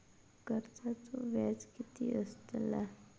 कर्जाचो व्याज कीती असताला?